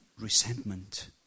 resentment